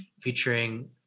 featuring